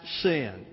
sin